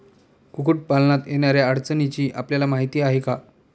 कुक्कुटपालनात येणाऱ्या अडचणींची आपल्याला माहिती आहे का?